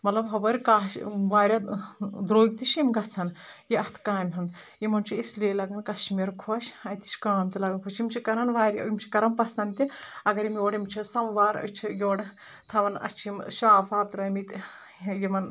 مطلب ہوٲرۍ کاش واریاہ درٛوگۍ تہِ چھِ یِم گژھَان یہِ اَتھ کامہِ ہُنٛد یِمن چھُ اِسلیے لگَان کشمیٖر خۄش اَتہِ چھِ کٲم تہِ لگَان خۄش یِم چھِ کرَان واریاہ یِم چھِ کرَان پَسنٛد تہِ اگر یِم یورٕ یِم چھِ سَماوار چھِ یورٕ تھاوَان اَسہِ چھِ یِم شاپ واپ ترٲمٕتۍ یِمَن